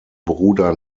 bruder